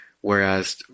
Whereas